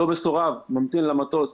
אותו מסורב ממתין למטוס